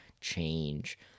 change